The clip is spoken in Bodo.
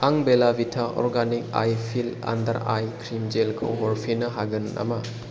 आं बेला भिटा organic eye lift under eye cream जेलखौ हरफिननो हागोन नामा